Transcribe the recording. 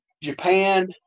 Japan